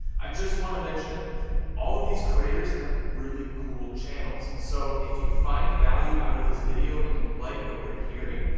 i just wanna mention all of these creators have really cool channels, so if you find value out of this video, and you like what you're hearing,